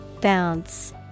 Bounce